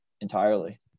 entirely